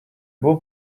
beau